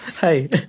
Hey